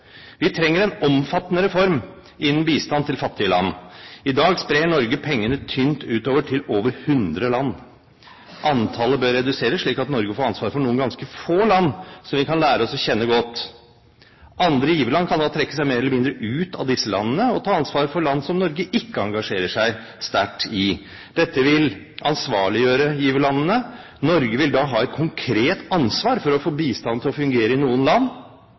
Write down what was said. Vi trenger en omfattende reform innen bistand til fattige land. I dag sprer Norge pengene tynt utover til over hundre land. Antallet bør reduseres slik at Norge får ansvaret for noen ganske få land, som vi kan lære oss å kjenne godt. Andre giverland kan da trekke seg mer eller mindre ut av disse landene og ta ansvar for land som Norge ikke engasjerer seg sterkt i. Dette vil ansvarliggjøre giverlandene. Norge vil da ha et konkret ansvar for å få bistanden til å fungere i noen land,